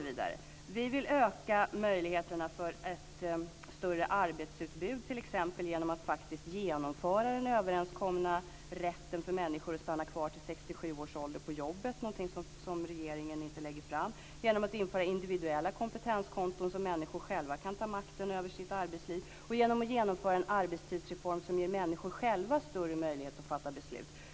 Vi vill öka möjligheterna till ett större arbetsutbud t.ex. genom att faktiskt införa den överenskomna rätten för människor att stanna kvar på jobbet till 67 års ålder. Det är någonting som regeringen inte lägger fram. Vi vill införa individuella kompetenskonton så att människor själva kan ta makten över sitt arbetsliv. Vi vill genomföra en arbetstidsreform som ger människor större möjlighet att själva fatta beslut.